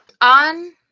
On